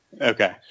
Okay